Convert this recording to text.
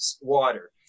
water